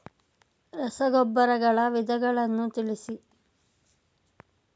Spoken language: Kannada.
ರಸಗೊಬ್ಬರಗಳ ವಿಧಗಳನ್ನು ತಿಳಿಸಿ?